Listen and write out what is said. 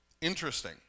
Interesting